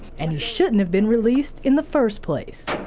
and he shouldn't have been release in the first place.